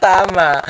Tama